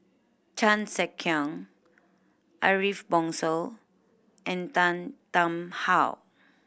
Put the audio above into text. Chan Sek Keong Ariff Bongso and Tan Tarn How